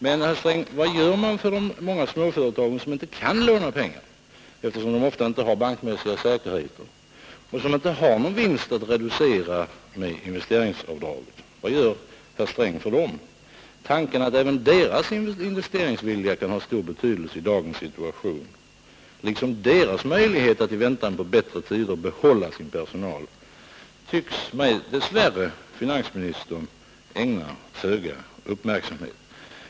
Men vad gör man, herr Sträng, för de många småföretagen, som inte kan låna pengar eftersom de ofta inte har bankmässiga säkerheter och som inte har någon vinst att reducera med investeringsavdraget? Tanken att även deras investeringsvilja, liksom deras möjligheter att i väntan på bättre tider behålla sin personal, kan ha betydelse i dagens situation tycks finansministern dess värre ägna föga uppmärksamhet.